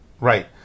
Right